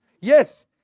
Yes